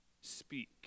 speak